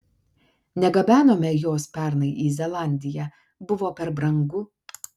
negabenome jos pernai į zelandiją buvo per brangu